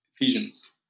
Ephesians